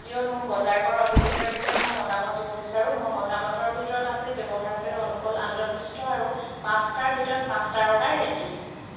জিঅ'ত মোৰ বজাৰ কৰাৰ অভিজ্ঞতাৰ বিষয়ে মোৰ মতামত দিব বিচাৰোঁ মোৰ মতামতৰ ভিতৰত আছে ব্যৱহাৰকাৰী অনুকূল আন্তঃপৃষ্ঠ আৰু পাঁচটাৰ ভিতৰত পাঁচ তাৰকাৰ ৰেটিং